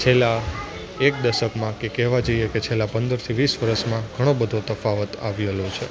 છેલ્લા એક દશકમાં કે કહેવા જઈએ કે છેલ્લા પંદરથી વરસમાં ઘણો બધો તફાવત આવેલો છે